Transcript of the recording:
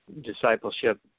discipleship